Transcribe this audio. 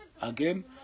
again